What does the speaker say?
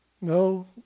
No